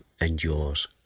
endures